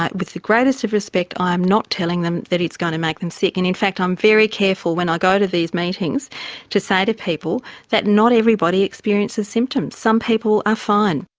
with the greatest of respect, i'm not telling them that it's going to make them sick, and in fact i'm very careful when i go to these meetings to say to people that not everybody experiences symptoms. some people are fine.